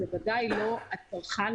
זה ודאי לא הצרכן,